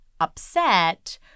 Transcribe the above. upset